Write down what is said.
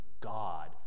God